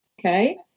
okay